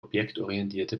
objektorientierte